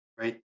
right